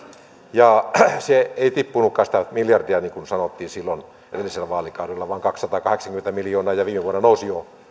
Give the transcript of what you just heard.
ja se ei tippunutkaan sitä miljardia niin kuin sanottiin silloin edellisellä vaalikaudella vaan kaksisataakahdeksankymmentä miljoonaa ja ja viime vuonna nousi jo